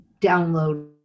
download